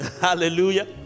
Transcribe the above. hallelujah